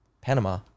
Panama